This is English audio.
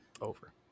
over